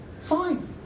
Fine